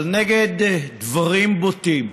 אבל נגד דברים בוטים,